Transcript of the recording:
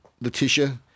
Letitia